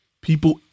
people